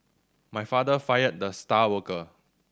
my father fired the star worker